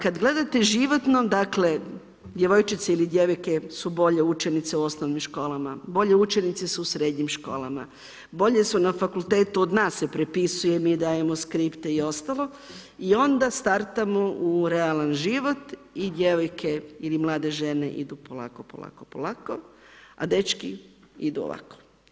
Kad gledate životno, dakle djevojčice ili djevojke su bolje učenice u osnovnim školama, bolje učenice su u srednjim školama, bolje su na fakultetu, od nas se prepisuje i mi dajemo skripte i ostalo i onda startamo u realan život i djevojke ili mlade žene idu polako, polako, polako, a dečki idu ovako.